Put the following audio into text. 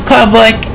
Public